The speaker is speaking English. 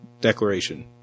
declaration